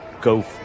go